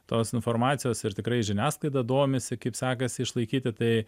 tos informacijos ir tikrai žiniasklaida domisi kaip sekasi išlaikyti tai